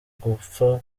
gupfa